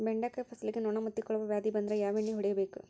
ಬೆಂಡೆಕಾಯ ಫಸಲಿಗೆ ನೊಣ ಮುತ್ತಿಕೊಳ್ಳುವ ವ್ಯಾಧಿ ಬಂದ್ರ ಯಾವ ಎಣ್ಣಿ ಹೊಡಿಯಬೇಕು?